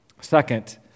Second